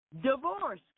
Divorce